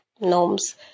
norms